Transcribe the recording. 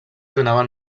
donaven